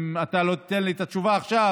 אם אתה לא תיתן לי את התשובה עכשיו,